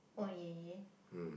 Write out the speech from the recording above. oh yeah yeah